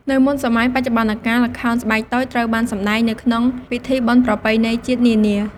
នៅមុនសម័យបច្ចុប្បន្នកាល ល្ខោនស្បែកតូចត្រូវបានសម្តែងនៅក្នុងពិធីបុណ្យប្រពៃណីជាតិនានា ។